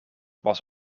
was